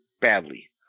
badly